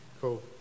Cool